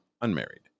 unmarried